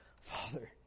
Father